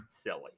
Silly